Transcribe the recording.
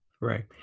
Right